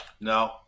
No